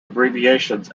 abbreviations